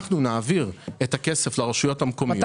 אנחנו נעביר את הכסף לרשויות המקומיות.